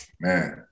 Man